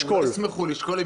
לא ישמחו לשקול.